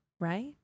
Right